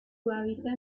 hábitat